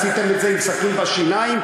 עשיתם את זה עם סכין בין השיניים,